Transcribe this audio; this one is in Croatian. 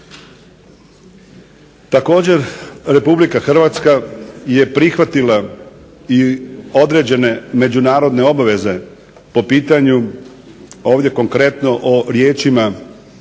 Također, Republika Hrvatska je prihvatila i određene međunarodne obveze po pitanju ovdje konkretno o riječima,